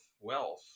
wealth